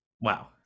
Wow